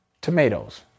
tomatoes